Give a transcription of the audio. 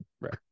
Right